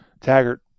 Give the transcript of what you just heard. Taggart